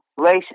race